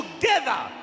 together